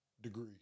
degree